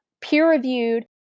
peer-reviewed